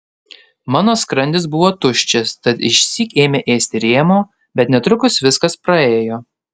mano skrandis buvo tuščias tad išsyk ėmė ėsti rėmuo bet netrukus viskas praėjo